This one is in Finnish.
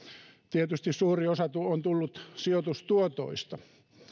tietysti suuri osa on tullut sijoitustuotoista